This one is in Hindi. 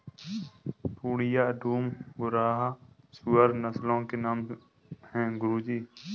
पूर्णिया, डूम, घुर्राह सूअर नस्लों के नाम है गुरु जी